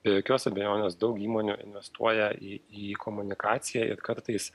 be jokios abejonės daug įmonių investuoja į į komunikaciją ir kartais